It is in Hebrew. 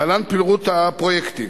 להלן פירוט הפרויקטים: